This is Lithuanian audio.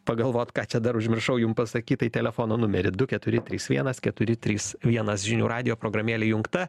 pagalvot ką čia dar užmiršau jum pasakyt tai telefono numerį du keturi trys vienas keturi trys vienas žinių radijo programėlė jungta